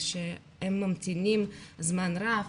הם ממתינים זמן רב,